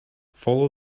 follow